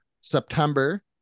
September